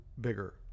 bigger